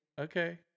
Okay